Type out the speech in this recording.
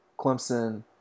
Clemson